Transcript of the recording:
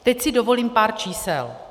Teď si dovolím pár čísel.